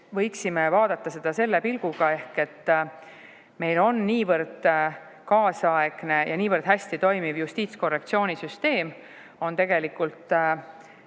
võiksime vaadata seda selle pilguga. See, et meil on niivõrd kaasaegne ja niivõrd hästi toimiv justiitskorrektsioonisüsteem, on tegelikult